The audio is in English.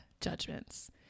judgments